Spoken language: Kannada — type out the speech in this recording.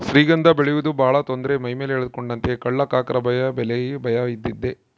ಶ್ರೀಗಂಧ ಬೆಳೆಯುವುದು ಬಹಳ ತೊಂದರೆ ಮೈಮೇಲೆ ಎಳೆದುಕೊಂಡಂತೆಯೇ ಕಳ್ಳಕಾಕರ ಭಯ ಬೆಲೆಯ ಭಯ ಇದ್ದದ್ದೇ